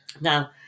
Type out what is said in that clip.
Now